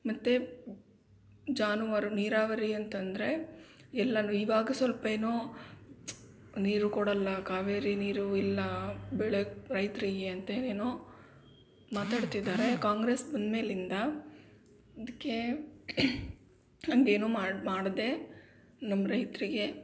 ಮತ್ತು ಜಾನುವಾರು ನೀರಾವರಿ ಅಂತಂದರೆ ಎಲ್ಲನೂ ಇವಾಗ ಸ್ವಲ್ಪ ಏನೋ ನೀರು ಕೊಡೋಲ್ಲ ಕಾವೇರಿ ನೀರು ಇಲ್ಲ ಬೆಳೆ ರೈತರಿಗೆ ಅಂತ ಏನೋ ಮಾತಾಡ್ತಿದ್ದಾರೆ ಕಾಂಗ್ರೆಸ್ ಬಂದಮೇಲಿಂದ ಇದಕ್ಕೆ ಹಾಗೇನು ಮಾಡಿ ಮಾಡದೆ ನಮ್ಮ ರೈತರಿಗೆ